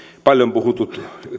paljon puhutut